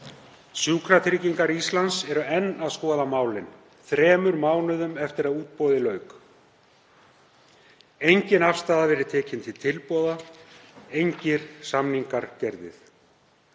Sjúkratryggingar Íslands eru enn að skoða málin þremur mánuðum eftir að útboði lauk. Engin afstaða hefur verið tekin til tilboða. Engir samningar gerðir.